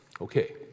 Okay